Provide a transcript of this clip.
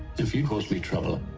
if you cause me trouble,